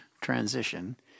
transition